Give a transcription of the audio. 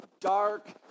dark